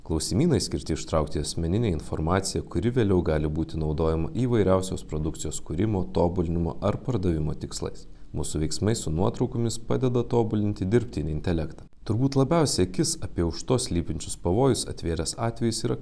klausimynai skirti ištraukti asmeninę informaciją kuri vėliau gali būti naudojama įvairiausios produkcijos kūrimo tobulinimo ar pardavimo tikslais mūsų veiksmai su nuotraukomis padeda tobulinti dirbtinį intelektą turbūt labiausiai akis apie už to slypinčius pavojus atvėręs atvejis yra